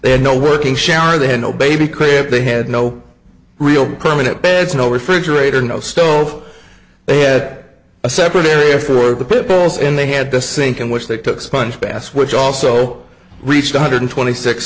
they had no working shower they had no baby crib they had no real permanent beds no refrigerator no stove they had a separate area for the pit bulls and they had the sink in which they took sponge baths which also reached one hundred twenty six